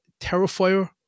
*Terrifier*